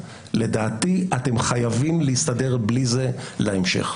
לדעתי אתם חייבים להסתדר בלי זה בהמשך.